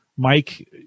Mike